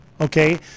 okay